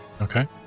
Okay